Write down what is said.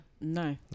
No